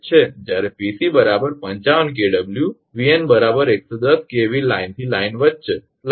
જ્યારે 𝑃𝑐 55 𝑘𝑊 𝑉𝑛 110 𝑘𝑉 લાઇનથી લાઇન વચ્ચે